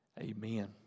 amen